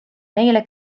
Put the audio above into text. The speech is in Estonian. neile